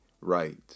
right